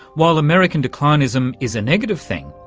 while american declinism is a negative thing,